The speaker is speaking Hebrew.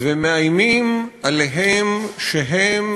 ומאיימים עליהם שהם